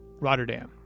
Rotterdam